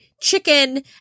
chicken